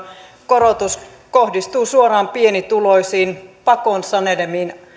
korotus kohdistuu suoraan pienituloisiin ajoneuvoa pakon sanelemina